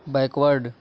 backward